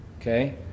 Okay